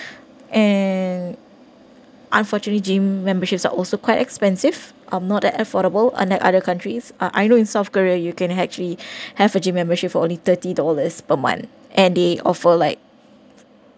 and unfortunately gym memberships are also quite expensive I'm not at affordable unlike other countries uh I know in south korea you can actually have a gym membership for only thirty dollars per month and they offer like